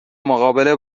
مقابله